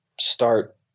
start